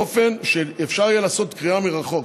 באופן שאפשר יהיה לעשות קריאה מרחוק.